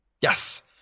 Yes